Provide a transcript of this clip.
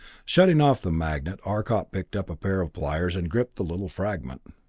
shutting off the magnet, arcot picked up a pair of pliers and gripped the little fragment.